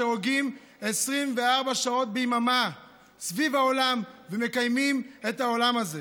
אשר הוגים 24 שעות ביממה סביב העולם ומקיימים את העולם הזה.